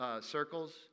circles